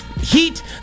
heat